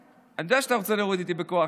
אני יודע שאתה רוצה לריב איתי בכוח.